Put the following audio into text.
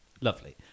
Lovely